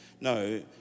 No